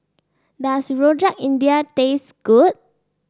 does Rojak India taste good